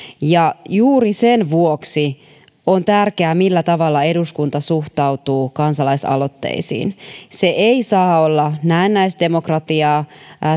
ja juuri sen vuoksi on tärkeää millä tavalla eduskunta suhtautuu kansalaisaloitteisiin se ei saa olla näennäisdemokratiaa